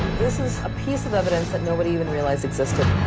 this is a piece of evidence that nobody even realized existed.